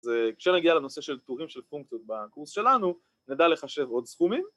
אז כשנגיע לנושא של טורים של פונקציות בקורס שלנו, נדע לחשב עוד סכומים